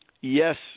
yes